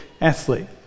athlete